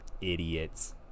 idiots